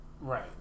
Right